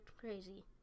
crazy